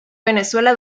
venezuela